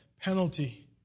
penalty